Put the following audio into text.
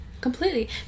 Completely